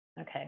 Okay